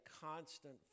constant